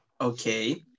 Okay